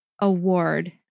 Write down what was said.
award